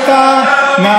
עושה חילול השם הכי גדול.